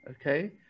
Okay